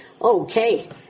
Okay